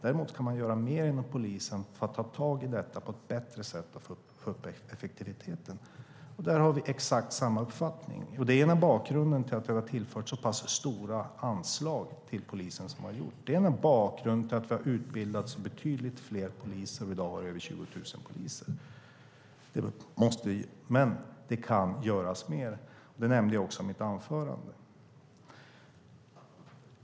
Däremot kan man göra mer inom polisen för att ta itu med detta på ett bättre sätt och få upp effektiviteten. Där har vi exakt samma uppfattning. Det är en del av bakgrunden till att det har tillförts så pass stora anslag till polisen som det gjorts. Det är en del av bakgrunden till att det har utbildats betydligt fler poliser så att vi i dag har över 20 000 poliser. Men det kan göras mer, och det nämnde jag i mitt anförande.